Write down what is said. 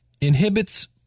inhibits